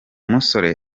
musore